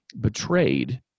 betrayed